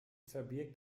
verbirgt